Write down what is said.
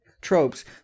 tropes